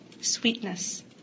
sweetness